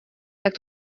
tak